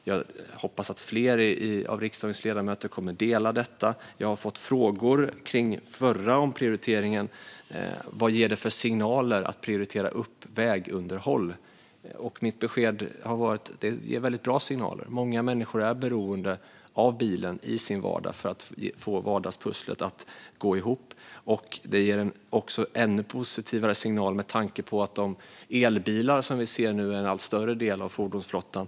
Jag hoppas att fler riksdagsledamöter kommer att instämma. Jag har fått frågor om den förra omprioriteringen och vilka signaler det ger att prioritera upp vägunderhåll. Mitt besked är att det ger bra signaler. Många människor är beroende av bilen i sin vardag för att få vardagspusslet att gå ihop. Det ger en ännu positivare signal med tanke på de elbilar som blir en allt större del av fordonsflottan.